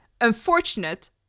unfortunate